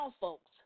folks